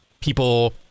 people